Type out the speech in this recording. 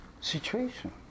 situation